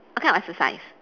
what kind of exercise